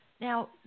Now